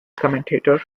commentator